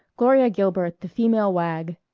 gloria gilbert, the female wag.